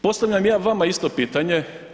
Postavljam ja vama isto pitanje.